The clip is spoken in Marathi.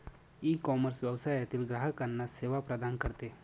ईकॉमर्स व्यवसायातील ग्राहकांना सेवा प्रदान करते